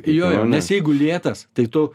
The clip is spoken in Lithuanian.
jo nes jeigu lėtas tai tu